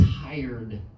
tired